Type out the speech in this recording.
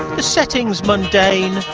the setting's mundane,